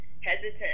hesitant